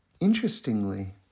interestingly